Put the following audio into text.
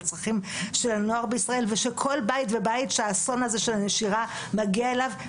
של הנוער בישראל ושל כל בית ובית שהאסון הזה של הנשירה מגיע אליו.